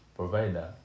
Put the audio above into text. provider